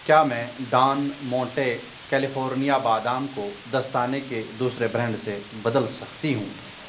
کیا میں Del Monte California بادام کو دستانے کے دوسرے برانڈ سے بدل سکتی ہوں